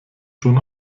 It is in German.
schon